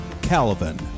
calvin